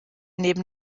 neben